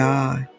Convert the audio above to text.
God